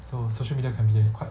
so social media can be err quite